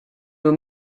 nur